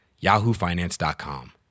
yahoofinance.com